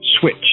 switch